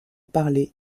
parler